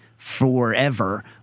forever